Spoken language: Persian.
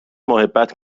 محبت